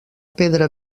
pedra